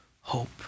hope